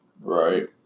right